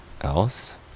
else